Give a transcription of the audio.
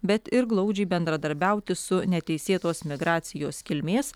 bet ir glaudžiai bendradarbiauti su neteisėtos migracijos kilmės